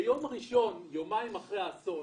ביום ראשון, יומיים אחרי האסון,